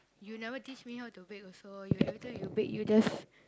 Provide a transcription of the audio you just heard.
you never teach me how to bake also you every time you bake you just